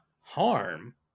harm